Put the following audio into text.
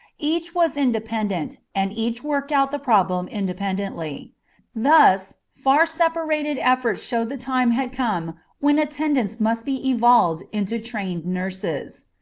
each was independent, and each worked out the problem independently thus, far separated efforts showed the time had come when attendants must be evolved into trained nurses.